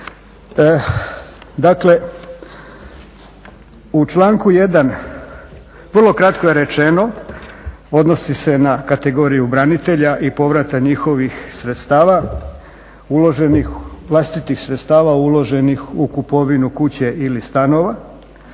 Dakle u članku 1.vrlo kratko je rečeno odnosi se na kategoriju branitelja i povrata njihovih sredstava, vlastitih sredstava uloženih u kupovinu kuće ili stanova.